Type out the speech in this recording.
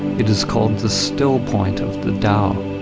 it is called the still point of the tao.